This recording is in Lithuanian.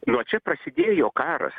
nuo čia prasidėjo karas